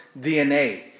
DNA